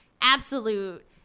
absolute